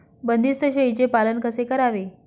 बंदिस्त शेळीचे पालन कसे करावे?